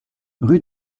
rue